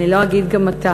אני לא אגיד גם מתי,